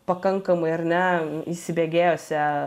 pakankamai ar ne įsibėgėjusia